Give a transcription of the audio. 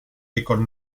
l’école